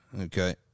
Okay